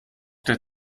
der